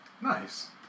Nice